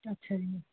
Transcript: ਅੱਛਾ ਜੀ